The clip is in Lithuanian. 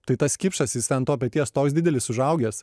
tai tas kipšas jis ant to peties toks didelis užaugęs